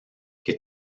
que